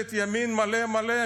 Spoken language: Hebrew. ממשלת ימין מלא מלא,